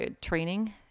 training